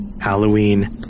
Halloween